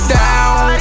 down